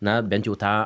na bent jau tą